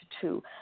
two